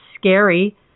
scary